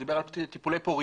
הוא דיבר על טיפולי פוריות.